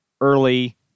early